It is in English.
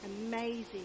amazing